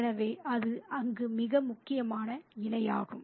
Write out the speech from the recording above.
எனவே அது அங்கு மிக முக்கியமான இணையாகும்